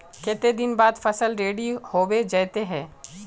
केते दिन बाद फसल रेडी होबे जयते है?